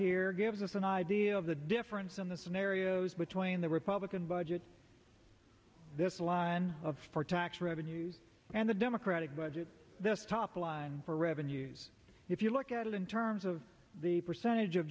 here gives us an idea of the difference in the scenarios between the republican budget this line of for tax revenues and the democratic budget this top line for revenues if you look at it in terms of the percentage of